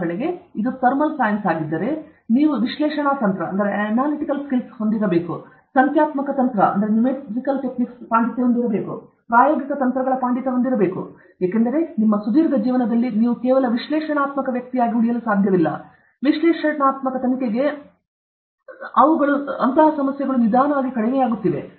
ಉದಾಹರಣೆಗೆ ಇದು thermal science ಆಗಿದ್ದರೆ ನೀವು ವಿಶ್ಲೇಷಣಾ ತಂತ್ರಗಳ ಪಾಂಡಿತ್ಯವನ್ನು ಹೊಂದಿರಬೇಕು ನೀವು ಸಂಖ್ಯಾತ್ಮಕ ತಂತ್ರಗಳ ಪಾಂಡಿತ್ಯವನ್ನು ಹೊಂದಿರಬೇಕು ನೀವು ಪ್ರಾಯೋಗಿಕ ತಂತ್ರಗಳ ಪಾಂಡಿತ್ಯ ಹೊಂದಿರಬೇಕು ಏಕೆಂದರೆ ನಿಮ್ಮ ಸುದೀರ್ಘ ಜೀವನದಲ್ಲಿ ನೀವು ಕೇವಲ ವಿಶ್ಲೇಷಣಾತ್ಮಕ ವ್ಯಕ್ತಿಯಾಗಿ ಉಳಿಯಲು ಸಾಧ್ಯವಿಲ್ಲ ಏಕೆಂದರೆ ವಿಶ್ಲೇಷಣಾತ್ಮಕ ತನಿಖೆಗೆ ಅವುಗಳು ಸಾಲ ನೀಡುವಂತಹ ಸಮಸ್ಯೆಗಳು ನಿಧಾನವಾಗಿ ಕಡಿಮೆಯಾಗುತ್ತಿವೆ